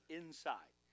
inside